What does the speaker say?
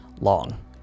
long